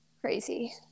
crazy